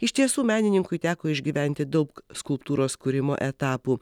iš tiesų menininkui teko išgyventi daug skulptūros kūrimo etapų